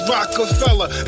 Rockefeller